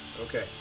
Okay